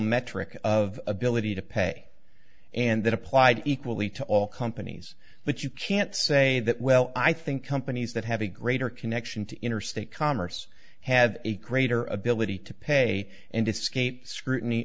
metric of ability to pay and that applied equally to all companies but you can't say that well i think companies that have a greater connection to interstate commerce have a greater ability to pay and escape scrutiny